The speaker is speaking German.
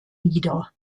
nieder